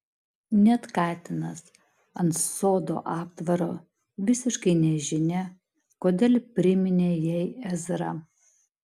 net katinas ant sodo aptvaro visiškai nežinia kodėl priminė jai ezrą